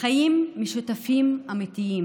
חיים משותפים אמיתיים.